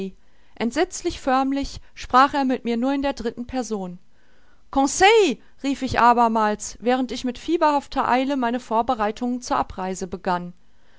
entsetzlich förmlich sprach er mit mir nur in der dritten person conseil rief ich abermals während ich mit fieberhafter eile meine vorbereitungen zur abreise begann